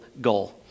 goal